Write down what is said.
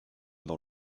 dans